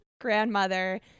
grandmother